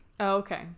Okay